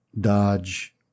dodge